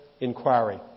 inquiry